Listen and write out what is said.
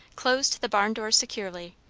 closed the barn doors securely,